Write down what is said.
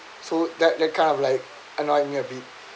so that that kind of like annoyed me a bit